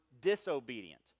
disobedient